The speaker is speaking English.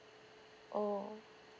oh